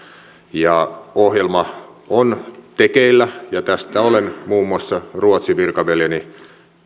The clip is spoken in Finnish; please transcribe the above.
ohjelma on tekeillä ja tästä olen muun muassa ruotsin virkaveljeni